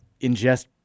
ingest